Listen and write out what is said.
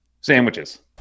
sandwiches